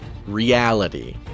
reality